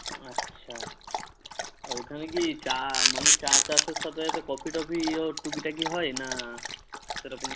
আচ্ছা ওইখানে কি চা মানে চা চাষের সাথে সাথে কফি টফিও টুকিটাকি হয় না সেরকম